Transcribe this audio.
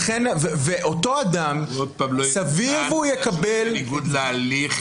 עוד פעם --- בגלל שזה בניגוד להליך,